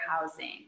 housing